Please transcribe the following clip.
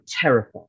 terrified